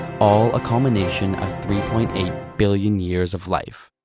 all a combination of three point eight billion years of life.